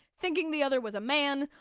thinking the other was a man,